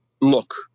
look